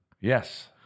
Yes